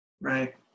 Right